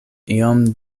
iom